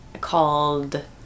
called